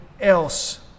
else